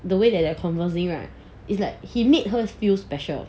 the way that their conversing right is like he made her feel special